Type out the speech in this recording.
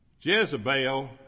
Jezebel